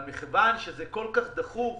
אבל מכיוון שזה כל כך דחוף התפלאתי.